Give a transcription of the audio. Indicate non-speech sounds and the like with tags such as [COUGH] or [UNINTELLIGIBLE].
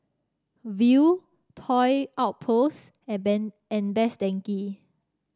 Viu Toy Outpost and [UNINTELLIGIBLE] and Best Denki